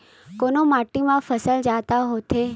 कोन माटी मा फसल जादा होथे?